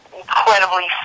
incredibly